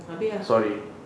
habis ah